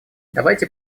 давайте